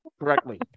correctly